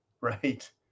right